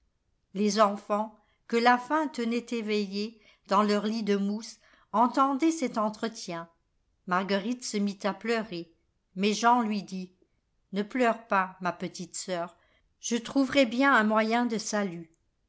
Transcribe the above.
les enfants que la faim tenait éveillés dans leur lit de mousse entendaient cet entretien marguerite se mit à pleurer mais jean lui dit ne pleure pas ma petite sœur je trouverai oien un moyen de salut